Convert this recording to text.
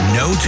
no